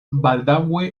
baldaŭe